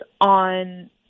on